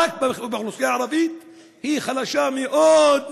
ורק באוכלוסייה הערבית היא חלשה מאוד,